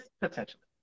potentially